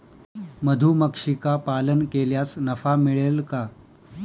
मधुमक्षिका पालन केल्यास नफा मिळेल का?